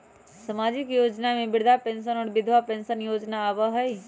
सामाजिक योजना में वृद्धा पेंसन और विधवा पेंसन योजना आबह ई?